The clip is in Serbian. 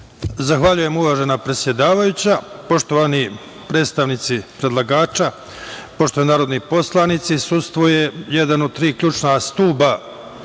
Zahvaljujem uvažena predsedavajuća. Poštovani predstavnici predlagača, poštovani narodni poslanici, sudstvo je jedan od tri ključna stuba